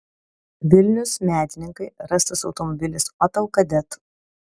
vilnius medininkai rastas automobilis opel kadett